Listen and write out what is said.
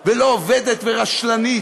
ולא עובדת, ורשלנית,